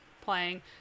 playing